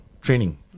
training